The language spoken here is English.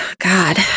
God